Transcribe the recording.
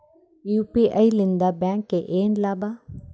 UPI ಲಿಂದ ಬ್ಯಾಂಕ್ಗೆ ಏನ್ ಲಾಭ?